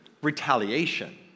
retaliation